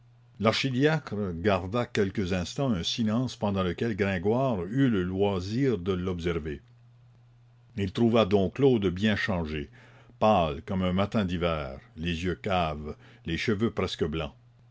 garda quelques instants un silence pendant lequel gringoire eut le loisir de l'observer il trouva dom claude bien changé pâle comme un matin d'hiver les yeux caves les cheveux presque blancs